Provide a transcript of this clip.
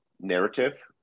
narrative